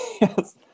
Yes